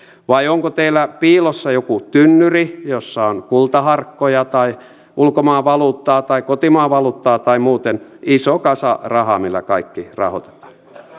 vai onko teillä piilossa joku tynnyri jossa on kultaharkkoja tai ulkomaan valuuttaa tai kotimaan valuuttaa tai muuten iso kasa rahaa millä kaikki rahoitetaan